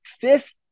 fifth